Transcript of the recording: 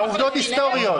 אלה עובדות היסטוריות.